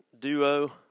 duo